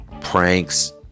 pranks